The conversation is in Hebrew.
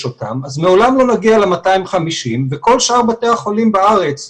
אותם אז לעולם לא נגיע ל-250 וכל שאר בתי החולים בארץ,